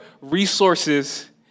resources